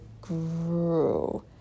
grew